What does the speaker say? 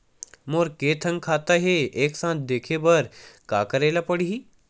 मोर के थन खाता हे एक साथ देखे बार का करेला पढ़ही?